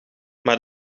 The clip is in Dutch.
maar